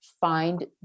find